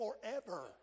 forever